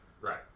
right